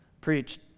preached